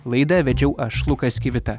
laidą vedžiau aš lukas kivita